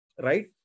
Right